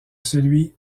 celui